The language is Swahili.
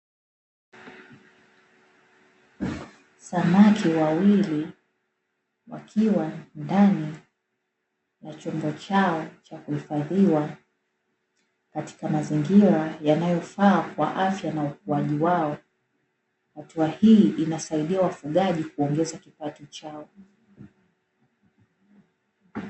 Samaki wawili wakiwa ndani ya chombo chao cha kuhifadhia katika mazingira yanayofaa kwa afya na ukuaji wao, hatua hii inasaidia wafugaji kuongeza kipato chao.